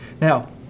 Now